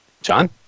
John